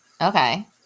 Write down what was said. Okay